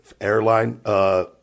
airline